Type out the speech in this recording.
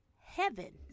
heaven